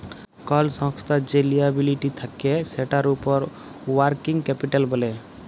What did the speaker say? call সংস্থার যে liability থাক্যে সেটার উপর ওয়ার্কিং ক্যাপিটাল ব্যলে